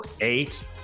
eight